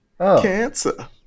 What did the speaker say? Cancer